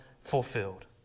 fulfilled